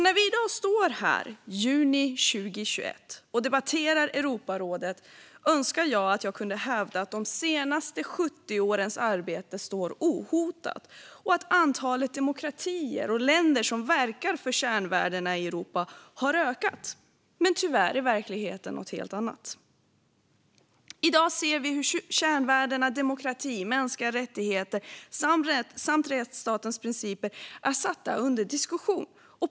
När vi i dag står här, i juni 2021, och debatterar Europarådet önskar jag att jag kunde hävda att de senaste 70 årens arbete står ohotat och att antalet demokratier och länder som verkar för kärnvärdena i Europa har ökat. Men tyvärr är verkligheten en helt annan. I dag ser vi hur kärnvärdena demokrati, mänskliga rättigheter samt rättsstatens principer är satta under diskussion.